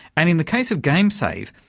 and in the case of gamesave,